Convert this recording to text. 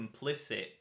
complicit